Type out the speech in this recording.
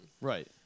Right